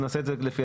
לפי